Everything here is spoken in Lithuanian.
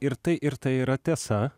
ir tai ir tai yra tiesa